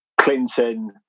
Clinton